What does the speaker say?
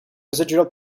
residual